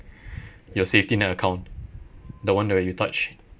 your safety net account the one that where you touch